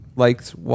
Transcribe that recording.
Liked